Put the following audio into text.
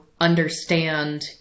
understand